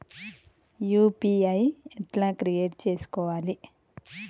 UPI ఎట్లా create చేసుకోవాలి?